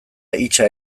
hitsa